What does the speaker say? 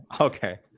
Okay